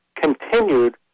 continued